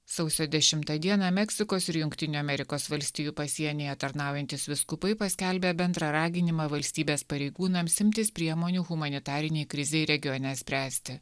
sausio dešimtą dieną meksikos ir jungtinių amerikos valstijų pasienyje tarnaujantys vyskupai paskelbė bendrą raginimą valstybės pareigūnams imtis priemonių humanitarinei krizei regione spręsti